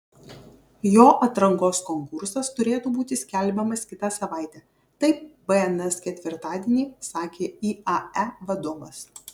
jo atrankos konkursas turėtų būti skelbiamas kitą savaitę taip bns ketvirtadienį sakė iae vadovas